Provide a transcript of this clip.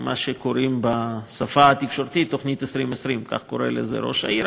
מה שקוראים בשפה התקשורתית "תוכנית 2020"; כך קורא לזה ראש העיר,